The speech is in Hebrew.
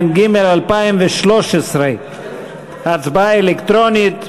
התשע"ג 2013. הצבעה אלקטרונית.